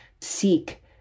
seek